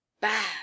bad